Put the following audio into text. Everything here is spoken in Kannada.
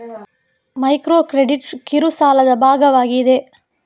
ಮೈಕ್ರೋ ಕ್ರೆಡಿಟ್ ಕಿರು ಸಾಲದ ಭಾಗವಾಗಿದೆ